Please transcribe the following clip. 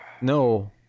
no